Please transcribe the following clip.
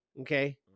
okay